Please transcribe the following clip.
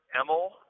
Emil